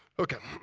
ok,